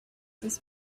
this